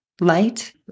light